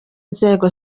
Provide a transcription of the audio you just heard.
nzego